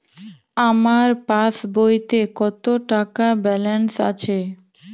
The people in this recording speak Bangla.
আমার পাসবইতে কত টাকা ব্যালান্স আছে?